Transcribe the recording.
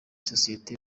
sosiyete